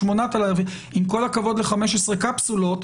עם כל הכבוד ל-15 קפסולות,